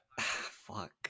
Fuck